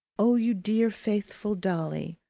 oh, you dear faithful dolly,